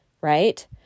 right